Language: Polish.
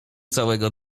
całego